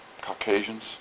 Caucasians